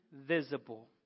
visible